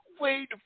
wait